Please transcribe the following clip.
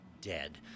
dead